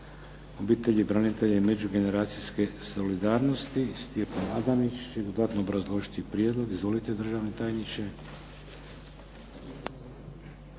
obitelji, branitelja i međugeneracijske solidarnosti, Stjepan Adanić će dodatno obrazložiti prijedlog. Izvolite, državni tajniče.